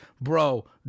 Bro